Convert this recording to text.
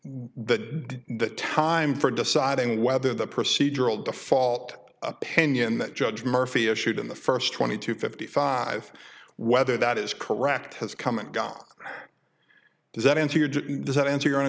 that the time for deciding whether the procedural default opinion that judge murphy issued in the first twenty two fifty five whether that is correct has come and gone does that answer your does that answer your